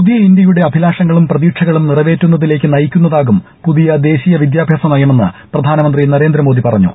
പുതിയ ഇന്ത്യയുടെ അഭിലാഷങ്ങളും പ്രതീക്ഷകളും നിറവേറ്റുന്നതിലേക്ക് നയിക്കുന്നതാകും പുതിയ ദേശീയ വിദ്യാഭ്യാസ നയമെന്ന് പ്രധാനമന്ത്രി നരേന്ദ്രമ്മോദി പ്റഞ്ഞു